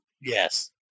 Yes